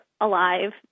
alive